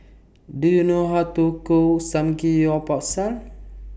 Do YOU know How to Cook Samgeyopsal